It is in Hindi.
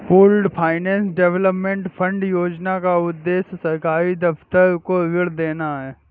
पूल्ड फाइनेंस डेवलपमेंट फंड योजना का उद्देश्य सरकारी दफ्तर को ऋण देना है